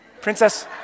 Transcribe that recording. princess